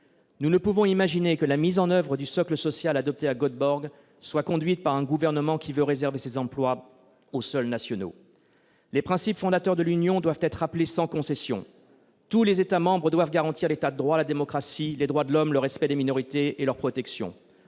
Nous ne pouvons imaginer que la mise en oeuvre du socle social adopté à Göteborg soit conduite par un gouvernement qui veut réserver les emplois aux seuls nationaux. Les principes fondateurs de l'Union doivent être rappelés sans concession : tous les États membres doivent garantir l'État de droit, la démocratie, les droits de l'homme, le respect des minorités et leur protection.